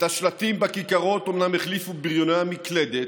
את השלטים בכיכרות אומנם החליפו בריוני המקלדת,